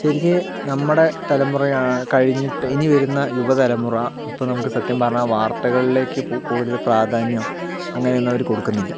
ശരിക്ക് നമ്മുടെ തലമുറയാണ് കഴിഞ്ഞിട്ട് ഇനി വരുന്ന യുവതലമുറ ഇപ്പോൾ നമുക്ക് സത്യം പറഞ്ഞാൽ വാർത്തകളിലേക്ക് കൂടുതൽ പ്രാധാന്യമോ അങ്ങനെയൊന്നും അവർ കൊടുക്കുന്നില്ല